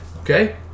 Okay